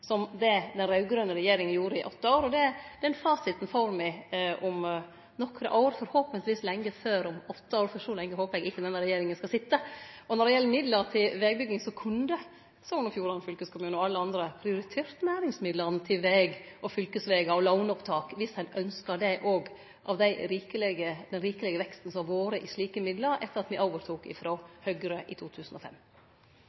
som det den raud-grøne regjeringa gjorde i åtte år. Den fasiten får me om nokre år – forhåpentlegvis lenge før om åtte år, for så lenge håper eg ikkje denne regjeringa skal sitje. Når det gjeld midlar til vegbygging, så kunne Sogn og Fjordane fylkeskommune og alle andre prioritert næringsmidlane til veg, fylkesvegar og låneopptak viss ein ynskte det av den rikelege veksten som har vore i slike midlar etter at me overtok